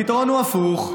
הפתרון הוא הפוך,